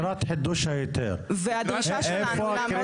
לקראת חידוש ההיתר --- והדרישה שלנו לעמוד